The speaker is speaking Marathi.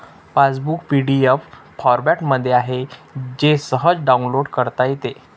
पासबुक पी.डी.एफ फॉरमॅटमध्ये आहे जे सहज डाउनलोड करता येते